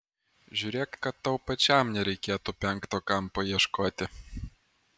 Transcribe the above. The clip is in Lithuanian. žiūrėk kad tau pačiam nereikėtų penkto kampo ieškoti